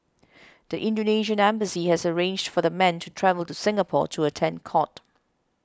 the Indonesian embassy had arranged for the men to travel to Singapore to attend court